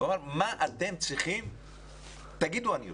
הוא אמר, מה אתם צריכים, תגידו, אני עושה.